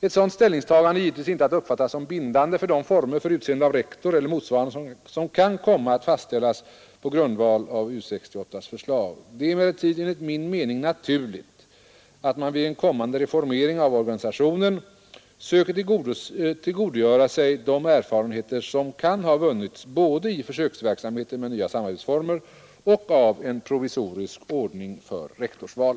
Ett sådant ställningstagande är givetvis inte att uppfatta som bindande för de former för utseende av rektor eller motsvarande som kan komma att fastställas på grundval av U 68: förslag. Det är emellertid enligt min mening naturligt att man vid en kommande reformering av organisationen söker tillgodogöra sig de erfarenheter som kan ha vunnits både i försöksverksamheten med nya samarbetsformer och av en provisorisk ordning för rektorsval.